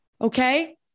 Okay